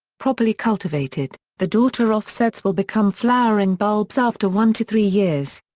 properly cultivated, the daughter offsets will become flowering bulbs after one to three years.